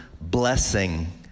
blessing